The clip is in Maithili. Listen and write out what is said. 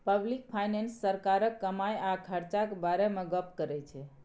पब्लिक फाइनेंस सरकारक कमाई आ खरचाक बारे मे गप्प करै छै